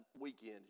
weekend